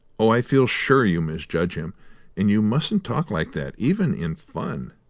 oh, i feel sure you misjudge him and you mustn't talk like that, even in fun!